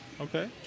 Okay